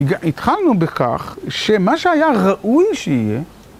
התחלנו בכך, שמה שהיה ראוי שיהיה